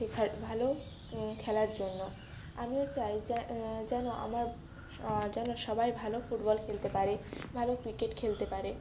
শেখার ভালো খেলার জন্য আমিও চাই যে যেন আমার স যেন সবাই ভালো ফুটবল খেলতে পারে ভালো ক্রিকেট খেলতে পারে